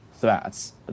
threats